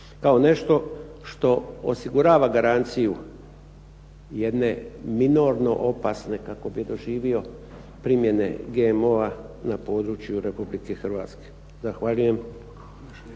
kao nešto što osigurava garanciju jedne minorno opasne kako bi doživio primjene GMO-a na području RH. Zahvaljujem.